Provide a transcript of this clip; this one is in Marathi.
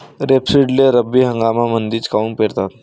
रेपसीडले रब्बी हंगामामंदीच काऊन पेरतात?